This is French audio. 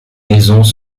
maisons